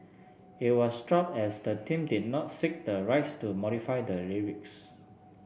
it was dropped as the team did not seek the rights to modify the lyrics